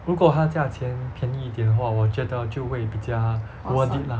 如果它价钱便宜一点的话我觉得就会比较 worth it lah